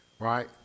Right